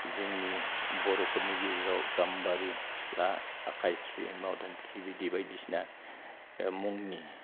जोंनि बर'फोरनि गेजेराव गाम्बारि सिख्ला आखाइस्रि माइदांस्रि बिबायदि बायदिसिना मुंनि